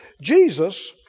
Jesus